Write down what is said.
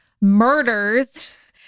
murders